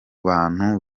bantu